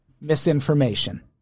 misinformation